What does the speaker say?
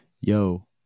Yo